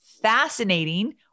fascinating